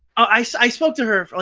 i so i spoke to her